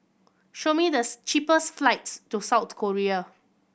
show me the cheapest flights to South Korea